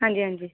ਹਾਂਜੀ ਹਾਂਜੀ